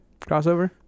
crossover